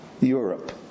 Europe